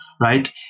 right